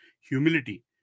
humility